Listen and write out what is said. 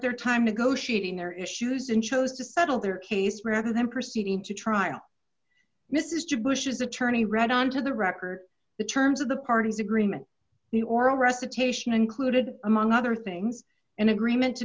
their time negotiating their issues and chose to settle their case rather than proceeding to trial mr bush's attorney read on to the record the terms of the pardons agreement the oral recitation included among other things an agreement to